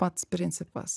pats principas